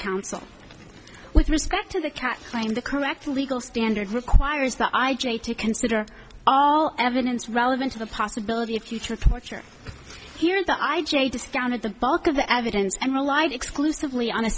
counsel with respect to the cat claim the correct legal standard requires that i j to consider all evidence relevant to the possibility of future torture here is that i j discounted the bulk of the evidence and rely exclusively on a